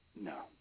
No